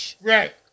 Right